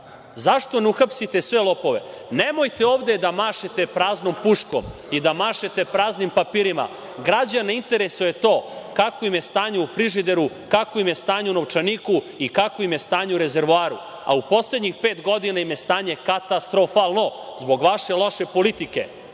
Zašto ne uhapsite sve lopove? Nemojte ovde da mašete praznom puškom i da mašete praznim papirima. Građane interesuje to kakvo im je stanje u frižideru, kakvo im je stanje u novčaniku i kakvo im je stanje u rezervoaru, a u poslednjim pet godina im je stanje katastrofalno zbog vaše loše politike